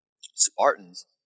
Spartans